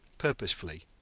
purposefully,